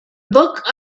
book